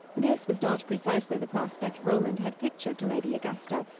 this was not precisely the prospect roland had pictured to lady augusta,